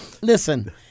Listen